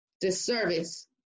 disservice